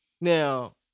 Now